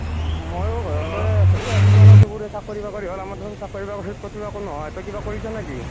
ময়ো ঘৰতে আছোঁ এয়া ইমানৰ সবৰে চাকৰি বাকৰি হ'ল আমাৰ দেখোন চাকৰি বাকৰি ক'তো একো নোহোৱা হ'ল তই কিবা কৰিছ নেকি